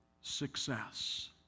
success